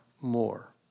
more